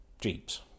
Jeeps